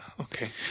Okay